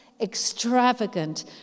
extravagant